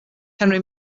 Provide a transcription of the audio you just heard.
henry